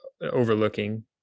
overlooking